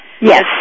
Yes